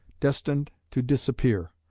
destined to disappear,